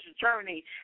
journey